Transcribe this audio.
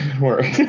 work